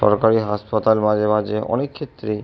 সরকারি হাসপাতাল মাঝে মাঝে অনেক ক্ষেত্রেই